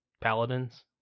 Paladins